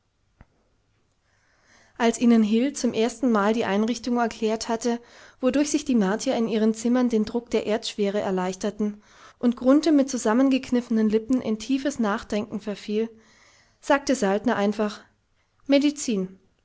als ihnen hil zum erstenmal die einrichtung erklärt hatte wodurch sich die martier in ihren zimmern den druck der erdschwere erleichterten und grunthe mit zusammengekniffenen lippen in tiefes nachdenken verfiel sagte saltner einfach